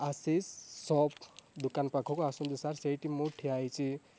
Ashish shop ଦୋକାନ ପାଖକୁ ଆସନ୍ତୁ ସାର୍ ସେଇଠି ମୁଁ ଠିଆ ହେଇଛି